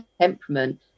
temperament